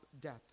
death